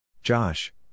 Josh